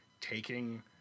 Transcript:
taking